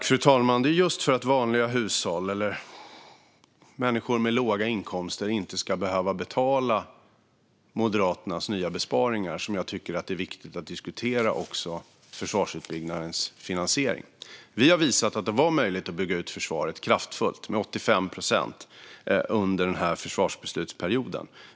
Fru talman! Det är just för att vanliga hushåll och människor med låga inkomster inte ska behöva betala Moderaternas nya besparingar som jag tycker att det är viktigt att diskutera försvarsutbyggnadens finansiering. Vi har visat att det var möjligt att bygga ut försvaret kraftfullt, med 85 procent, under denna försvarsbeslutsperiod.